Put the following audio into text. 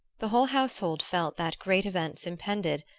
the whole household felt that great events impended,